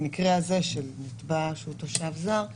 במקרה הזה של נתבע שהוא תושב זר,